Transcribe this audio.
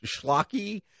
schlocky